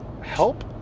help